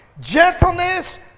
gentleness